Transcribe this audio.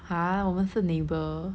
!huh! 我们是 neighbour